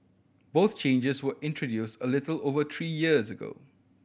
both changes were introduced a little over three years ago